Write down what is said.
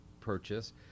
purchase